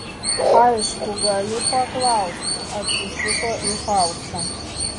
aišku galiu paklausti atsisuko į faustą